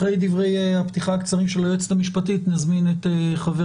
אחרי דברי הפתיחה הקצרים של היועצת המשפטית נזמין את חבר